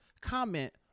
comment